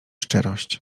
szczerość